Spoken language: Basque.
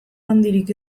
handirik